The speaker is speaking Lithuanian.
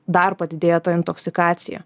dar padidėja ta intoksikacija